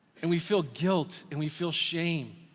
and we feel guilt and we feel shame.